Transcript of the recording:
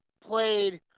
played